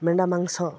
ମେଣ୍ଢା ମାଂସ